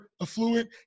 affluent